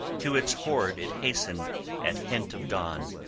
to its hoard it hastened at hint of dawn.